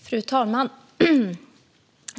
Fru talman!